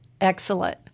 Excellent